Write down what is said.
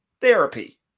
therapy